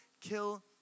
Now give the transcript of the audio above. kill